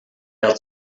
had